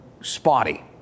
spotty